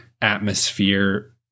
atmosphere